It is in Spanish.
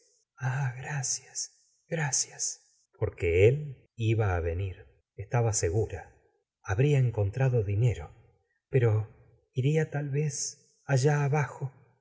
gracias gracias porque él iba á venir estaba segura habría enc ntrado dinero pero iría tal vez allá abajo